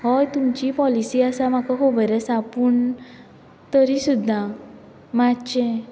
हय तुमची पोलीसी आसा म्हाका खबर आसा पूण तरी सुद्दां मातच्चें